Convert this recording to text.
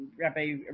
Rabbi